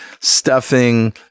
stuffing